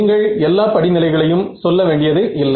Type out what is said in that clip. நீங்கள் எல்லா படிநிலைகளையும் சொல்ல வேண்டியது இல்லை